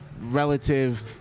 relative